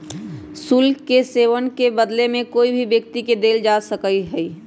शुल्क के सेववन के बदले में कोई भी व्यक्ति के देल जा सका हई